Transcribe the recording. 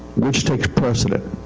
which takes precedent?